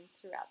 throughout